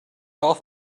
off